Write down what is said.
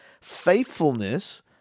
faithfulness